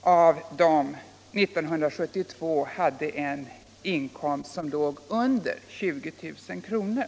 av dem år 1972 hade en inkomst som låg under 20 000 kr.